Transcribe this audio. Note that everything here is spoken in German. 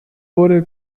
wurde